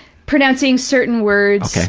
pronouncing certain words,